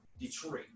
Detroit